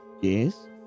yes